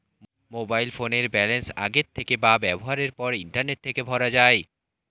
mobile ফোনের balance আগের থেকে বা ব্যবহারের পর ইন্টারনেট থেকে ভরা যায়